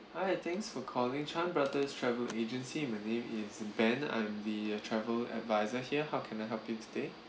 hi thanks for calling chan brothers travel agency my name is ben I'm the uh travel advisor here how can I help you today